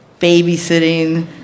babysitting